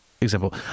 example